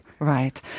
Right